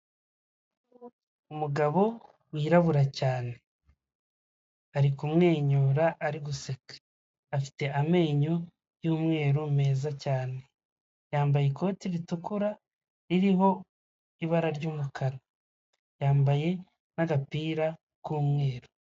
Umugabo wirabura cyane ari kumwenyura ari guseka, afite amenyo y'umweru meza cyane. Yambaye ikote ritukura ririho ibara ry'umukara, yambaye n'agapira k'umweru.